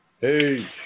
Hey